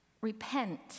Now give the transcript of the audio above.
repent